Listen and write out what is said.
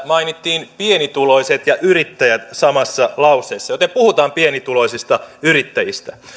mainittiin pienituloiset ja yrittäjät samassa lauseessa joten puhutaan pienituloisista yrittäjistä